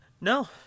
No